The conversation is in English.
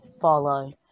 follow